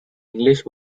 english